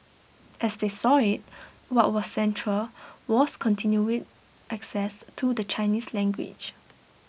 as they saw IT what was central was continued access to the Chinese language